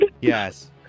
Yes